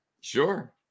Sure